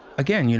again, yeah